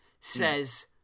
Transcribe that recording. says